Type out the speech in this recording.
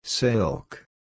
Silk